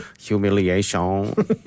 Humiliation